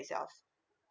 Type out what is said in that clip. itself